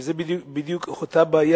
זאת בדיוק אותה בעיה,